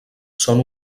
són